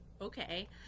okay